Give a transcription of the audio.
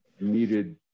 needed